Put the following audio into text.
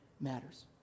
matters